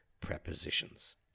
prepositions